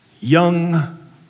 young